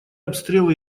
обстрелы